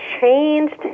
changed